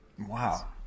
Wow